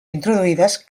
introduïdes